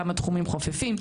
כמה תחומים חופפים,